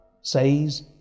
says